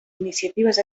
iniciatives